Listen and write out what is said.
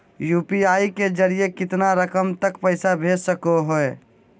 UPI के जरिए कितना रकम तक पैसा भेज सको है?